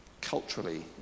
culturally